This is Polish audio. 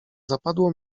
zapadło